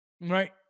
right